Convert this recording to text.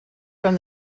from